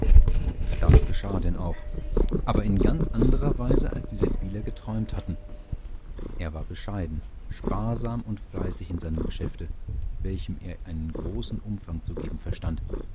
das geschah denn auch aber in ganz anderer weise als die seldwyler geträumt hatten er war bescheiden sparsam und fleißig in seinem geschäfte welchem er einen großen umfang zu geben verstand